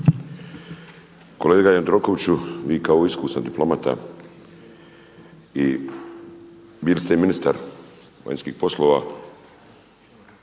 Kolega Jandrokoviću, vi kao iskusan diplomata i bili ste i ministar vanjskih poslova,